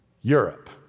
Europe